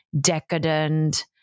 decadent